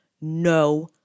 no